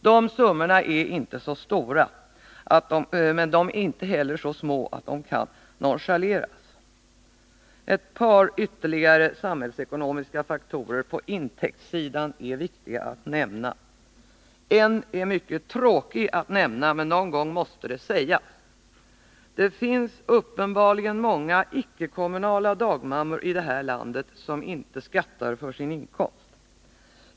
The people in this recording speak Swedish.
De summorna är inte så stora, men de är inte heller så små att de kan nonchaleras. Ett par ytterligare samhällsekonomiska faktorer på intäktssidan är viktiga att nämna. En är mycket tråkig att nämna, men någon gång måste det sägas: det finns uppenbarligen många ickekommunala dagmammor i det här landet som inte skattar för sin inkomst.